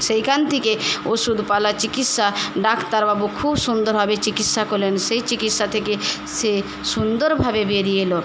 সেইখান থেকে ওষুধপালা চিকিৎসা ডাক্তারবাবু খুব সুন্দরভাবে চিকিৎসা করলেন সেই চিকিৎসা থেকে সে সুন্দরভাবে বেরিয়ে এল